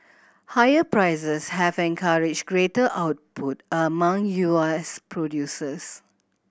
higher prices have encouraged greater output among U S producers